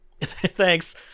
thanks